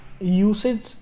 usage